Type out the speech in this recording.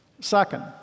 Second